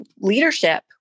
leadership